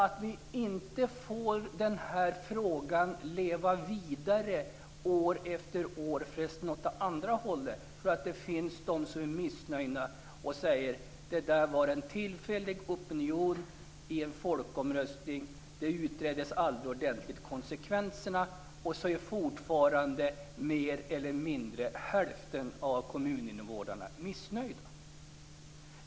Frågan får inte leva vidare år efter år, därför att det finns de som är missnöjda och säger: Det där var en tillfällig opinion i en folkomröstning. Konsekvenserna utreddes aldrig ordentligt. Mer eller mindre hälften av kommuninvånarna får inte vara missnöjda.